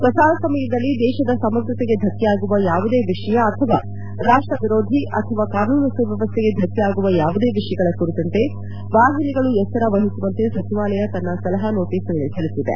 ಪ್ರಸಾರ ಸಮಯದಲ್ಲಿ ದೇಶದ ಸಮಗ್ರತೆಗೆ ಧಕ್ಷೆ ಆಗುವ ಯಾವುದೇ ವಿಷಯ ಅಥವಾ ರಾಷ್ಷ ವಿರೋಧಿ ಅಥವಾ ಕಾನೂನು ಸುವ್ಯವಸ್ಥೆಗೆ ಧಕ್ಷೆ ಆಗುವ ಯಾವುದೇ ವಿಷಯಗಳ ಕುರಿತಂತೆ ವಾಹಿನಿಗಳು ಎಚ್ಚರವಹಿಸುವಂತೆ ಸಚಿವಾಲಯ ತನ್ನ ಸಲಹಾ ನೋಟಸ್ನಲ್ಲಿ ತಿಳಿಸಿದೆ